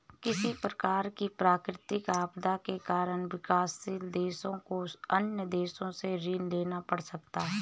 किसी प्रकार की प्राकृतिक आपदा के कारण विकासशील देशों को अन्य देशों से ऋण लेना पड़ सकता है